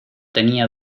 tenía